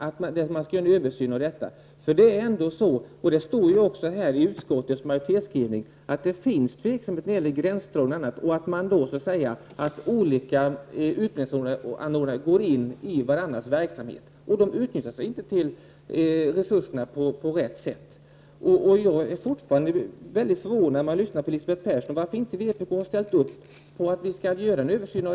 Utskottsmajoriteten skriver också att det föreligger tveksamhet när det gäller gränsdragning och annat. Olika utgiftsanordnare gårt.ex. in på varandras verksamhetsområden, och resurserna utnyttjas därför inte på rätt sätt. Jag är fortfarande mycket förvånad när jag har lyssnar på Elisabeth Persson. Varför har inte vpk ställt upp på en översyn?